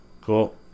Cool